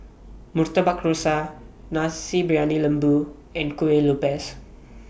Rusa Nasi Briyani Lembu and Kueh Lopes